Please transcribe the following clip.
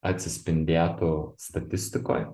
atsispindėtų statistikoj